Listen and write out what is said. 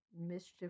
mischief